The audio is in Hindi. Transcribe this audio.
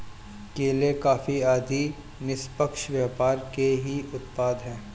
केले, कॉफी आदि निष्पक्ष व्यापार के ही उत्पाद हैं